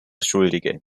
schuldige